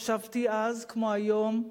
חשבתי אז, כמו היום,